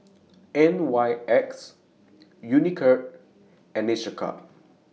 N Y X Unicurd and Each A Cup